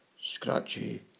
scratchy